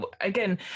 again